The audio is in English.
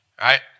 right